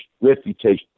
reputation